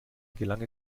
gelang